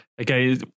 Okay